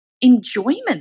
enjoyment